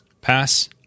Pass